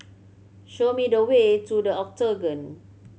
show me the way to The Octagon